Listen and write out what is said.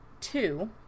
Two